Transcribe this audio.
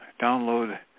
download